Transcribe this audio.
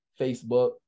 facebook